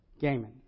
gaming